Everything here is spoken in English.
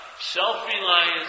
Self-reliance